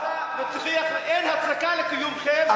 אין הצדקה לקיומכם,